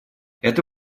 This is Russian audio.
это